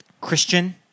Christian